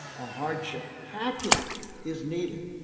a hardship packet is needed,